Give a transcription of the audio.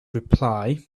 reply